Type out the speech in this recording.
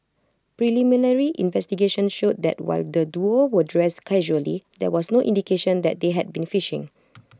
preliminary investigations showed that while the duo were dressed casually there was no indication that they had been fishing